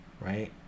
right